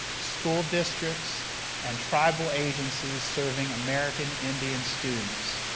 school districts and tribal agencies serving american indian students.